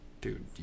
dude